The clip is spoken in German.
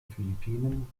philippinen